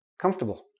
Comfortable